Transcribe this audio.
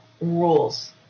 rules